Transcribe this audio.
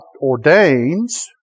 ordains